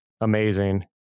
amazing